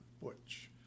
butch